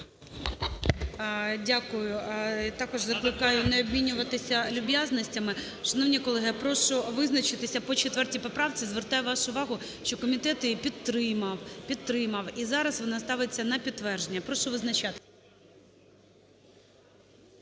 Дякую. І також закликаю не обмінюватися люб'язностями. Шановні колеги, прошу визначитися по 4 поправці. Звертаю вашу увагу, що комітет її підтримав, підтримав. І зараз вона ставиться на підтвердження, прошу визначатись.